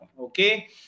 Okay